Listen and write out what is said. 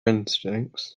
instincts